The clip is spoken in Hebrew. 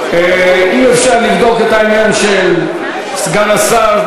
בעד, שבעה מתנגדים, אין נמנעים.